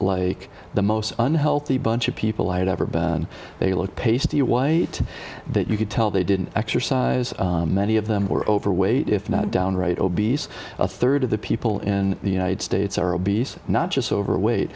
like the most unhealthy bunch of people i had ever been and they looked paced the way that you could tell they didn't exercise many of them were overweight if not downright obese a third of the people in the united states are obese not just overweight